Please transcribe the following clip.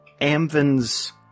Amvin's